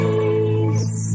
face